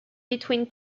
between